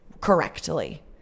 correctly